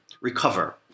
recover